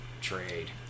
trade